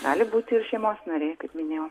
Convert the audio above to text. gali būti ir šeimos nariai kaip minėjau